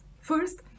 First